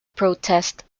protest